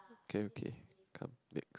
okay okay come next